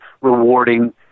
rewarding